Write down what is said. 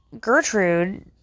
Gertrude